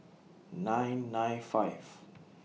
nine nine five